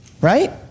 right